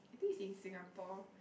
I think he's in Singapore